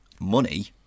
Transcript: money